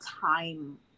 time